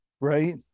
Right